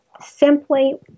simply